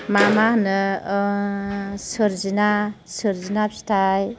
मा मा होनो सोरजिना सोरजिना फिथाइ